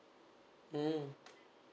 mm